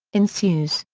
ensues,